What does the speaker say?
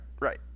right